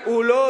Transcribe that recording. במקצועיות?